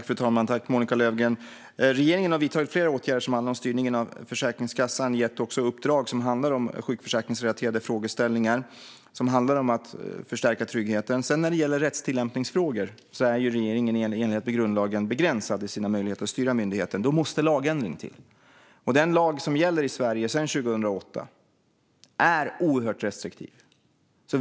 Fru talman! Regeringen har vidtagit flera åtgärder som handlar om styrningen av Försäkringskassan. Vi har också gett uppdrag gällande sjukförsäkringsrelaterade frågeställningar som handlar om att förstärka tryggheten. När det sedan gäller rättstillämpningsfrågor är regeringen i enlighet med grundlagen begränsad i sina möjligheter att styra myndigheten, och därför måste en lagändring till. Den lag som gäller i Sverige sedan 2008 är oerhört restriktiv.